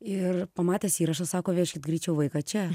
ir pamatęs įrašą sako vežkit greičiau vaiką čia